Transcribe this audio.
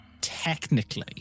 technically